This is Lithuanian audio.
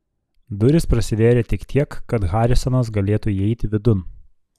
durys prasivėrė tik tiek kad harisonas galėtų įeiti vidun